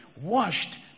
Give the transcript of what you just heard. washed